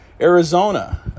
Arizona